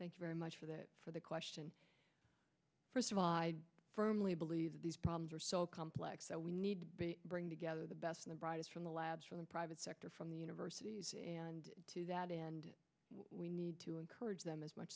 thank you very much for that for the question first of all i firmly believe that these problems are so complex that we need to bring together the best and brightest from the labs from the private sector from the university and we need to encourage them as much